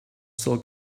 still